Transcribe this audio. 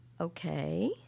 Okay